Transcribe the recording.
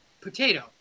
potato